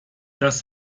das